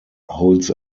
holds